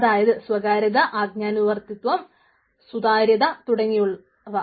അതായത് സ്വകാര്യത ആജ്ഞാനുവർത്തിത്വം സുതാര്യത തുടങ്ങിയവ